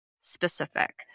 specific